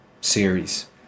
series